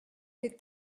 des